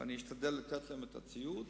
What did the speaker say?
ואני אשתדל לתת להם את הציוד.